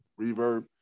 Reverb